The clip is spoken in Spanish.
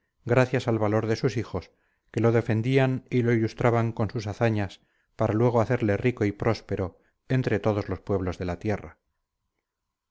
gracias al valor de sus hijos que lo defendían y lo ilustraban con sus hazañas para luego hacerle rico y próspero entre todos los pueblos de la tierra